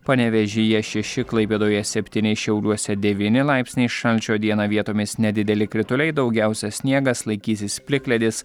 panevėžyje šeši klaipėdoje septyni šiauliuose devyni laipsniai šalčio dieną vietomis nedideli krituliai daugiausia sniegas laikysis plikledis